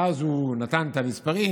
ואז הוא נתן את המספרים,